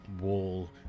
wall